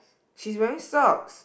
she's wearing socks